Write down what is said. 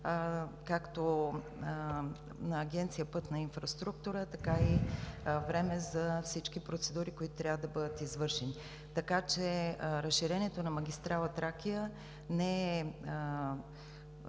както на Агенция „Пътна инфраструктура“, така и време за всички процедури, които трябва да бъдат извършени. Така че разширението на магистрала „Тракия“ не е